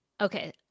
okay